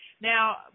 Now